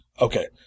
Okay